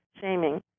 shaming